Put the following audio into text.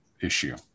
issue